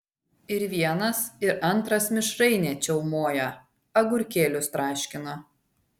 ir vienas ir antras mišrainę čiaumoja agurkėlius traškina